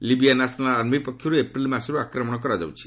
Libya national army ପକ୍ଷରୁ April ମାସରୁ ଆକ୍ରମଣ କରାଯାଉଛି